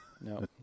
No